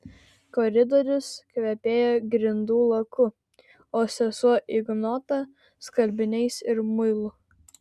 koridorius kvepėjo grindų laku o sesuo ignota skalbiniais ir muilu